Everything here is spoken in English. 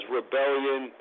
rebellion